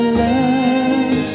love